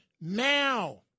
now